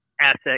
asset